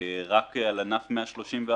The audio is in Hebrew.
רק על ענף 131,